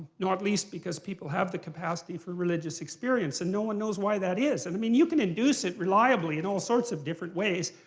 not least because people have the capacity for religious experience, and no one know why that is. and i mean, you can induce it reliably, in all sorts of different ways.